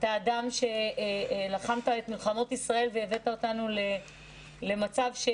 אתה אדם שלחמת את מלחמות ישראל והבאת אותנו למצב של